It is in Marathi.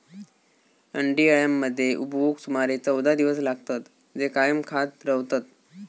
अंडी अळ्यांमध्ये उबवूक सुमारे चौदा दिवस लागतत, जे कायम खात रवतत